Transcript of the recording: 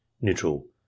neutral